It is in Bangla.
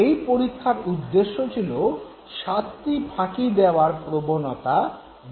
এই পরীক্ষার উদ্দেশ্য ছিল শাস্তি ফাঁকি দেওয়ার প্রবণতার বর্ণনা দেওয়া